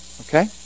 okay